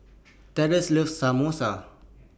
Tressa loves Samosa